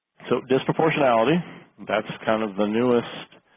so disproportionality that's kind of the newest